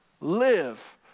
live